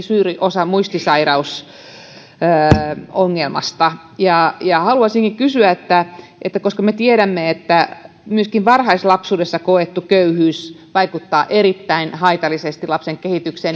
suuri osa muistisairausongelmasta haluaisinkin kysyä me tiedämme että myöskin varhaislapsuudessa koettu köyhyys vaikuttaa erittäin haitallisesti lapsen kehitykseen